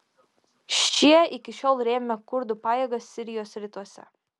šie iki šiol rėmė kurdų pajėgas sirijos rytuose